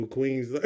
Queens